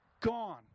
gone